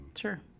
Sure